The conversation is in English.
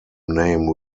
name